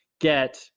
get